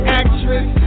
actress